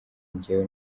njyewe